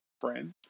friend